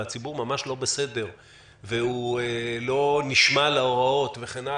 והציבור ממש לא בסדר והוא לא נשמע להוראות וכן הלאה,